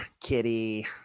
kitty